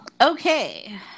Okay